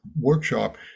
workshop